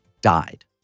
died